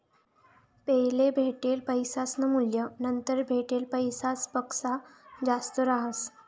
पैले भेटेल पैसासनं मूल्य नंतर भेटेल पैसासपक्सा जास्त रहास